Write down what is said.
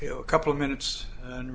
you know a couple of minutes and